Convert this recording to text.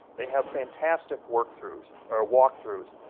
they have fantastic work-throughs, or walk-throughs.